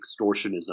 extortionism